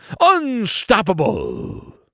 Unstoppable